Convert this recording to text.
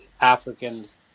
africans